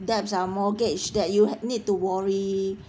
debts uh mortgage that you need to worry